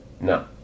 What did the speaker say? No